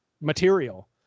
material